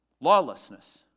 lawlessness